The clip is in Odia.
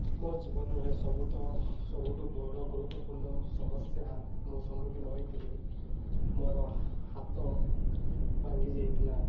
ମୋ ଜୀବନରେ ସବୁ ତ ସବୁଠୁ ବଡ଼ ଗୁରୁତ୍ୱପୂର୍ଣ୍ଣ ସମସ୍ୟା ମୁଁ ସମ୍ମୁଖିନ ହୋଇଥିଲି ମୋର ହାତ ଭାଙ୍ଗି ଯାଇଥିଲା